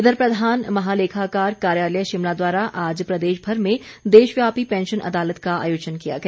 इधर प्रधान महालेखाकार कार्यालय शिमला द्वारा आज प्रदेशभर में देशव्यापी पैंशन अदालत का आयोजन किया गया